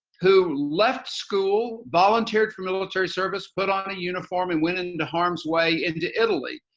who left school, volunteered for military service, put on a uniform and went in the harm's way into italy.